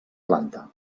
planta